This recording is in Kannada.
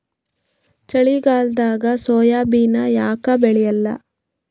ಚಳಿಗಾಲದಾಗ ಸೋಯಾಬಿನ ಯಾಕ ಬೆಳ್ಯಾಲ?